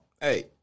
Hey